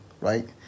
right